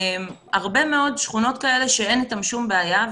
הרבה מאוד שכונות כאלה שאין איתן שום בעיה.